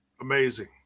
amazing